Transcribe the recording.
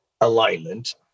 alignment